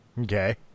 Okay